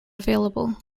available